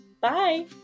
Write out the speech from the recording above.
Bye